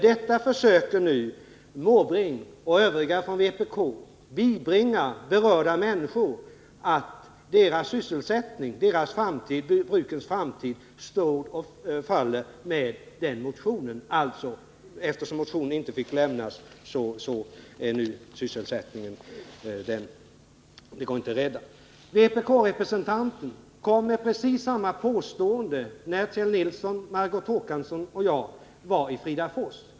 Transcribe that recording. Nu försöker Bertil Måbrink och övriga från vpk bibringa berörda människor uppfattningen att deras sysselsättning — och brukens framtid — står och faller med den motionen. Eftersom motionen inte fick lämnas, skulle alltså nu sysselsättningen inte gå att rädda. Vpk-representanten kom med precis samma påstående när Kjell Nilsson, Margot Håkansson och jag var i Fridafors.